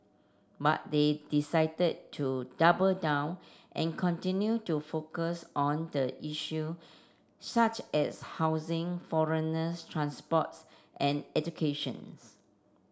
but they decided to double down and continue to focus on the issue such as housing foreigners transports and educations